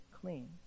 clean